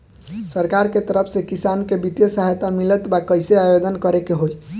सरकार के तरफ से किसान के बितिय सहायता मिलत बा कइसे आवेदन करे के होई?